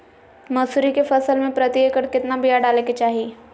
मसूरी के फसल में प्रति एकड़ केतना बिया डाले के चाही?